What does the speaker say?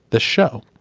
the show.